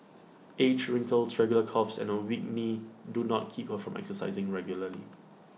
age wrinkles regular coughs and A weak knee do not keep her from exercising regularly